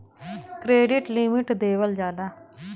credit limit देवल जाला